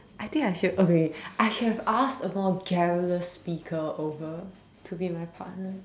I think I should okay I should have asked a more garrulous speaker over to be my partner